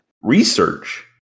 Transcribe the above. research